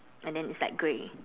and then it's like grey